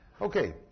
Okay